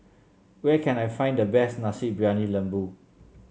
where can I find the best Nasi Briyani Lembu